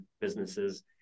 businesses